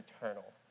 eternal